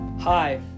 Hi